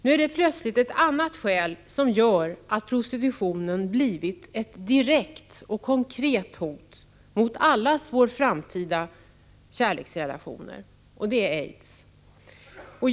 Nu är det plötsligt ett annat skäl som gör att prostitutionen blivit ett direkt och konkret hot mot allas våra framtida kärleksrelationer, och det är aids.